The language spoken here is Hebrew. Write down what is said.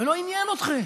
ולא עניין אתכם.